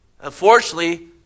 Unfortunately